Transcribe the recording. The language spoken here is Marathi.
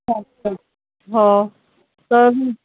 हो